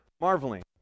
marveling